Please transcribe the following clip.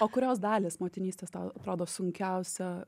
o kurios dalys motinystės tau atrodo sunkiausia